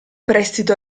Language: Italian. prestito